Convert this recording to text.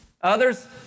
Others